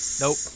Nope